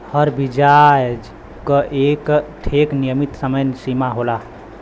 हर बियाज क एक ठे नियमित समय सीमा होला